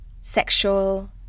sexual